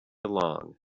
along